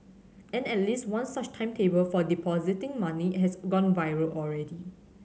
and at least one such timetable for depositing money has gone viral already